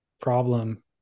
problem